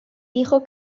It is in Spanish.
dijo